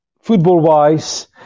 football-wise